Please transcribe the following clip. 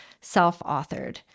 self-authored